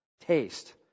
Taste